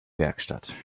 werkstatt